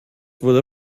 wurde